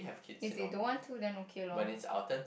if they don't want to then okay lor